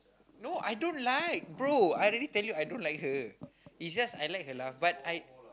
no I don't like bro I already tell you I don't like her it's just I like her laugh but like